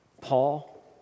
Paul